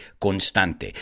constante